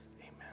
amen